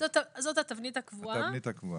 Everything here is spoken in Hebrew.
זאת התבנית הקבועה.